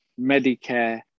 Medicare